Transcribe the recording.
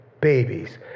babies